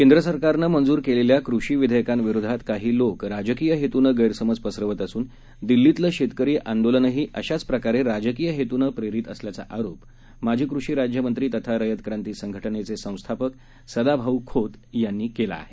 केंद्रसरकारनंमंजूरकेलेल्याकृषीविधेयकांविरोधातकाहीलोकराजकीयहेतूनेगैरसमजपसर वतअसूनदिल्लीतलंशेतकरीआंदोलनहीअशाचप्रकारेराजकीयहेतूनंप्रेरीतअसल्याचाआरोपमाजी कृषीराज्यमंत्रीतथारयतक्रांतीसंघटनेचेसंस्थापकसदाभाऊखोतयांनीकेलाआहे